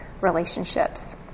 relationships